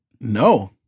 No